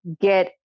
get